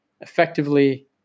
effectively